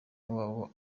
wabo